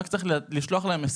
רק צריך לשלוח להם הודעה,